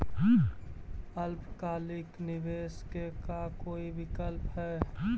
अल्पकालिक निवेश के का कोई विकल्प है?